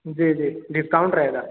जी जी डिस्काउंट रहेगा